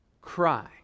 cry